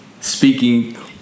speaking